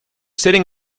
sitting